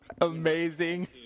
Amazing